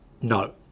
no